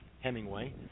hemingway